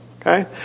Okay